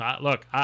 Look